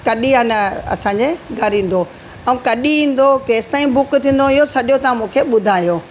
कॾहिं अन असांजे घरु ईंदो ऐं कॾहिं ईंदो केसि ताईं बुक थींदो इहो सॼो तव्हां मूंखे ॿुधायो